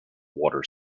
water